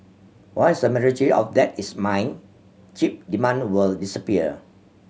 once the majority of that is mined chip demand will disappear